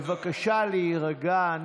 בבקשה להירגע.